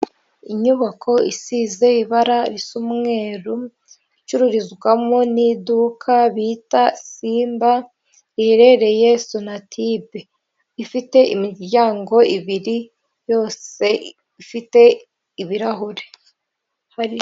Inyubako isize ibara risa umweru icururizwamo n'iduka bita simba riherereye sonatibe ifite imiryango ibiri yose ifite ibirahuri.